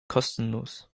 kostenlos